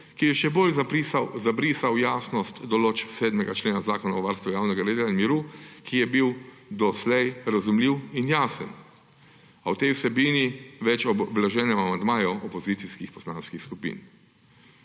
ki je še bolj zabrisal jasnost določb 7. člena Zakona o varstvu javnega reda in miru, ki je bil doslej razumljiv in jasen. A o tej vsebini več ob vloženem amandmaju opozicijskih poslanskih skupin.